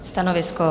Stanovisko?